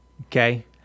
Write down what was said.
Okay